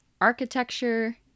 architecture